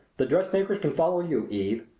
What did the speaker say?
the dressmakers can follow you, eve.